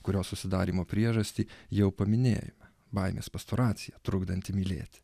kurios susidarymo priežastį jau paminėjo baimės pastoracija trukdanti mylėti